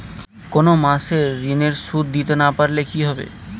কোন মাস এ ঋণের সুধ দিতে না পারলে কি হবে?